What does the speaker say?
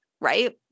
right